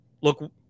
look